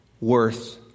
worth